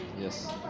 Yes